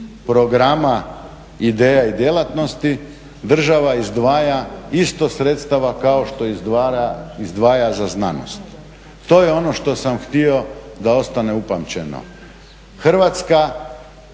programa, ideja i djelatnosti država izdvaja isto sredstava kao što izdvaja za znanost. To je ono što sam htio da ostane upamćeno. Hrvatska